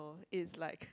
it's like